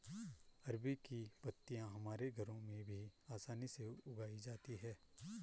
अरबी की पत्तियां हमारे घरों में भी आसानी से उगाई जाती हैं